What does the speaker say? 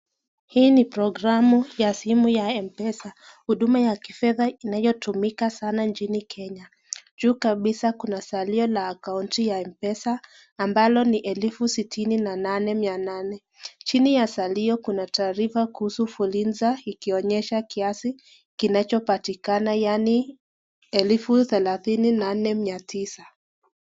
Hii ni programu ya simu ya M-Pesa, huduma ya kifedha inayotumika sana nchini Kenya. Juu kabisa kuna salio la accounti ya Mpesa ambalo ni elfu sitini na nane mia nane. Chini ya salio kuna taarifa kuhusu fuliza ikionyesha kiasi kinachopatikana yaani elfu therathini na nne mia tisa.